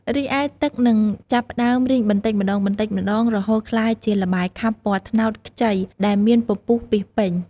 រីឯ ទឹកនឹងចាប់ផ្តើមរីងបន្តិចម្តងៗ រហូតក្លាយជាល្បាយខាប់ពណ៌ត្នោតខ្ចីដែលមានពពុះពាសពេញ។